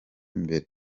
mbere